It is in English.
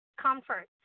comfort